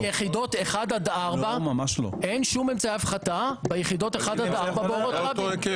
אין שום אמצעי הפחתה ביחידות 1-4 באורות רבין.